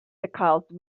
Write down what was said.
because